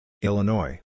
Illinois